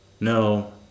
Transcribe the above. No